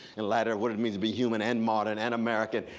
in light of what it means to be human and moderns, and american.